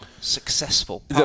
successful